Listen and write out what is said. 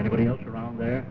anybody else around there